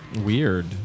Weird